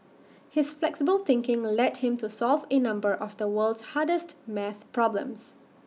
his flexible thinking led him to solve in number of the world's hardest math problems